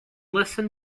listen